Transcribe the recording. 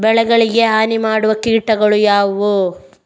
ಬೆಳೆಗಳಿಗೆ ಹಾನಿ ಮಾಡುವ ಕೀಟಗಳು ಯಾವುವು?